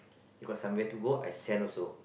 you got somewhere to go I send also